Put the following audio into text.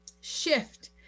shift